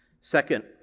Second